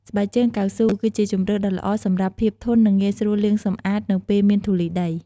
ស្បែកជើងកៅស៊ូ ក៏ជាជម្រើសដ៏ល្អសម្រាប់ភាពធន់ និងងាយស្រួលលាងសម្អាតនៅពេលមានធូលីដី។